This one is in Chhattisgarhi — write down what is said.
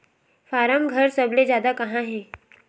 फारम घर सबले जादा कहां हे